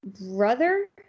brother